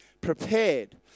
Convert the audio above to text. prepared